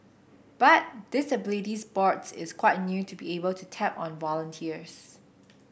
but disability sports is quite new to be able to tap on volunteers